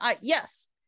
yes